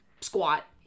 squat